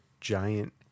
giant